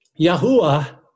Yahuwah